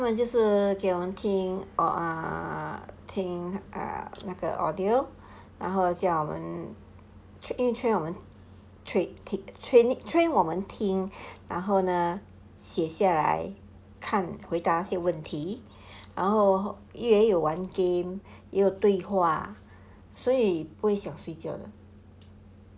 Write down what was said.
他们就是给我们听听那个 audio 然后叫我们 train 我们我们听然后呢写下来看回答问题然后也有玩 game 也有对话所以不会想睡觉的